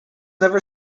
never